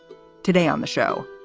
today on the show,